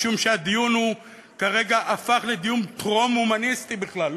משום שהדיון כרגע הפך לדיון טרום-הומניסטי בכלל,